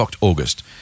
August